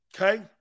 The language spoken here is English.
Okay